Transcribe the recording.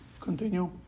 Continue